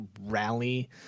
rally